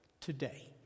today